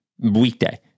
weekday